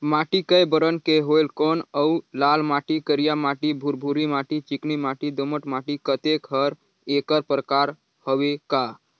माटी कये बरन के होयल कौन अउ लाल माटी, करिया माटी, भुरभुरी माटी, चिकनी माटी, दोमट माटी, अतेक हर एकर प्रकार हवे का?